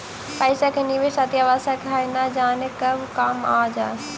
पइसा के निवेश अतिआवश्यक हइ, न जाने कब काम आ जाइ